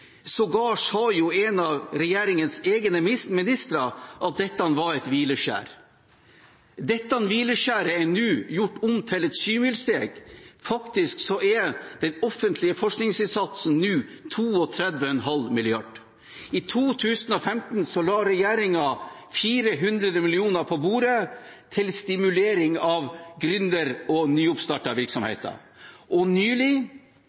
en av regjeringens egne ministre at dette var et hvileskjær. Dette hvileskjæret er nå gjort om til et sjumilssteg, faktisk er den offentlige forskningsinnsatsen nå 32,5 mrd. kr. I 2015 la regjeringen 400 mill. kr på bordet til stimulering av gründervirksomheter og nyoppstartede virksomheter, og nylig